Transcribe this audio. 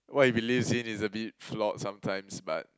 what he believes in is a bit flock sometimes but